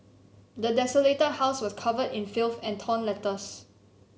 the desolated house was covered in filth and torn letters